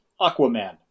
aquaman